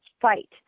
fight